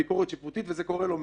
לביקורת שיפוטית, וזה קורה לא מעט.